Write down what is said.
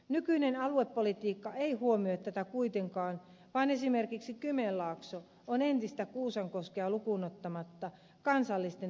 nykyinen aluepolitiikka ei huomioi tätä kuitenkaan vaan esimerkiksi kymenlaakso on entistä kuusankoskea lukuun ottamatta kansallisten tukialueiden ulkopuolella